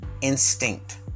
instinct